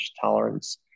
tolerance